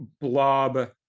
Blob